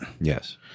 Yes